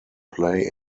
play